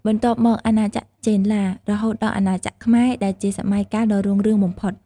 បន្ទាប់មកអាណាចក្រចេនឡា រហូតដល់អាណាចក្រខ្មែរ ដែលជាសម័យកាលដ៏រុងរឿងបំផុត។